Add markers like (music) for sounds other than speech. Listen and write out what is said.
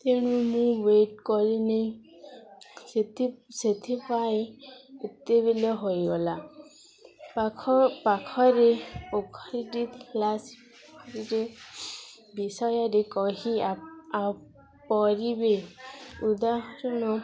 ତେଣୁ ମୁଁ ୱେଟ୍ କରି ନେଇଁ ସେଥି ସେଥିପାଇଁ ଏତେବେଳେ ହୋଇଗଲା ପାଖ ପାଖରେ ପୋଖରୀଟି (unintelligible) ବିଷୟରେ କହି ପାରିବେ ଉଦାହରଣ